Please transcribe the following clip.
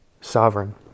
sovereign